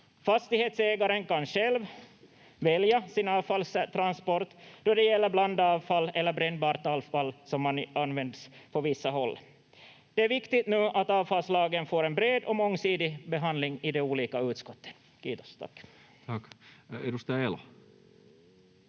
Fastighetsägaren kan själv välja sin avfallstransport då det gäller blandavfall eller brännbart avfall som används på vissa håll. Det är viktigt att avfallslagen nu får en bred och mångsidig behandling i de olika utskotten. — Kiitos, tack.